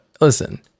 Listen